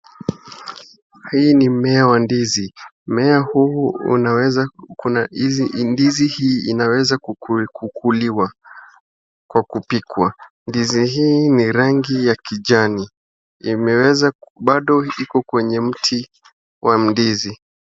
Hii ni mmea wa ndizi. Mmea huu unaweza, ndizi hii inaweza kukuliwa kwa kupikwa. Ndizi hii ni rangi ya kijani, bado iko kwenye mti wa ndizi.